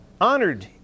Honored